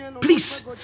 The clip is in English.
Please